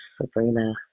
Sabrina